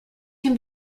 can